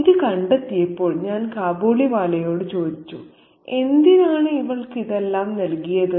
ഇത് കണ്ടെത്തിയപ്പോൾ ഞാൻ കാബൂളിവാലയോട് ചോദിച്ചു എന്തിനാണ് ഇവൾക്ക് ഇതെല്ലാം നൽകിയത്